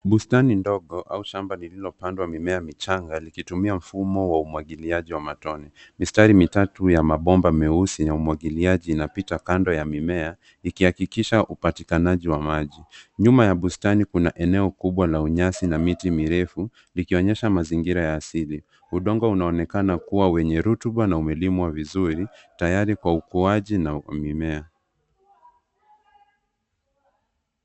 Bustani ndogo au shamba lililopandwa mimea michanga likitumia mfumo wa umwagiliaji wa matone. Mistari mitatu ya mabomba meusi ya umwagiliaji inapita kando ya mimea ikihakikisha upatikanaji wa maji. Nyuma ya bustani kuna eneo kubwa la unyasi na miti mirefu likionyesha mazingira ya asili. Udongo unaonekana kuwa wenye rutuba na umelimwa vizuri tayari kwa ukuaji wa mimea.